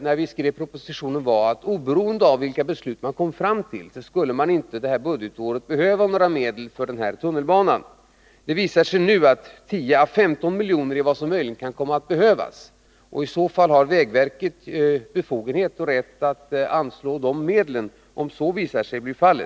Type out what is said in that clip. När vi skrev propositionen var min bedömning den att det, oberoende av vilka beslut som togs, inte skulle behövas några medel för tunnelbanebyggande. Det visar sig nu att 10 å 15 milj.kr. är vad som möjligen kan komma att behövas. Dessa medel har i så fall vägverket befogenhet att anslå.